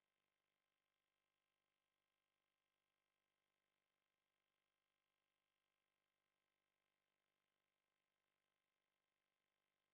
!wah! that's that's so weird ya